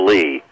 Lee